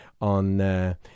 on